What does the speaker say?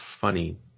funny